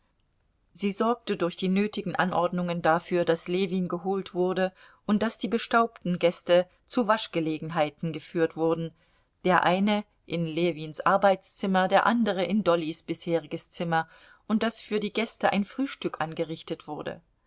sie sorgte durch die nötigen anordnungen dafür daß ljewin geholt wurde und daß die bestaubten gäste zu waschgelegenheiten geführt wurden der eine in ljewins arbeitszimmer der andere in dollys bisheriges zimmer und daß für die gäste ein frühstück angerichtet wurde